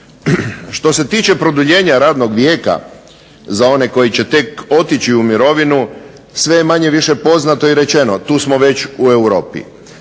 Što se tiče produljenja radnog vijeka za one koji će tek otići u mirovinu sve je manje-više poznato i rečeno. Tu smo već u Europi.